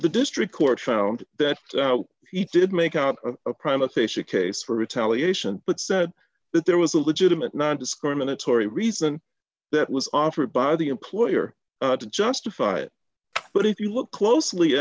the district court found that he did make out a crime a facia case for retaliation but said that there was a legitimate nondiscriminatory reason that was offered by the employer to justify it but if you look closely